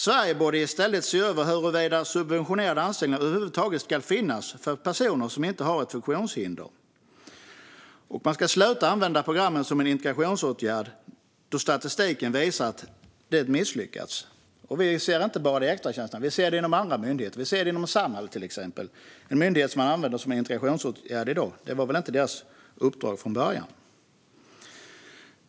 Sverige borde i stället se över huruvida subventionerade anställningar över huvud taget ska finnas för personer som inte har ett funktionshinder. Man måste sluta använda programmen som en integrationsåtgärd, då statistiken visar att det har misslyckats. Vi ser det inte bara när det gäller extratjänsterna. Vi ser det inom andra myndigheter, och vi ser det till exempel inom Samhall. Samhall används som en integrationsåtgärd i dag, och det var väl inte deras uppdrag från början.